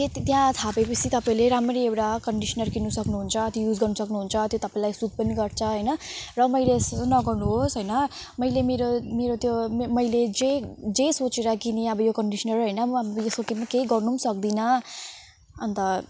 त्यहाँ थाहा पाए पछि तपाईँले राम्ररी एउटा कन्डिस्नर किन्नु सक्नु हुन्छ त्यो युज गर्नु सक्नु हुन्छ त्यो तपाईँलाई सुट पनि गर्छ होइन र मैले जस्तै चाहिँ नगर्नु होस् होइन मैले मेरो मेरो त्यो मैले जे जे सोचेर किने अब यो कन्डिस्नर होइन म अब यसको केही गर्नु नि सक्दिनँ अन्त